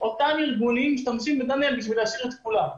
אותם ארגונים משתמשים בדניאל בשביל להשאיר את כולם,